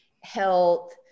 health